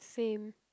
same